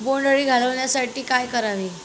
बोंडअळी घालवण्यासाठी काय करावे?